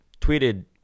tweeted